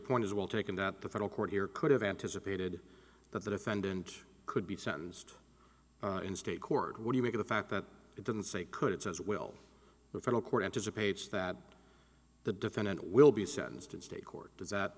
point is well taken that the federal court here could have anticipated that the defendant could be sentenced in state court would you make of the fact that it didn't say could it's as will the federal court anticipates that the defendant will be sentenced in state court does that